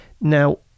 Now